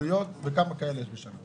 עלויות וכמה כאלה יש בשנה.